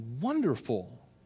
wonderful